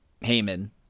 Haman